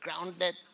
grounded